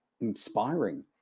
inspiring